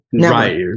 right